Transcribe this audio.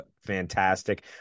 fantastic